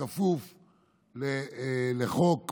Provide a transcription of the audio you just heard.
כפוף לחוק,